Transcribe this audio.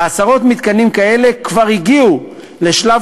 ועשרות מתקנים כאלה כבר הגיעו לשלב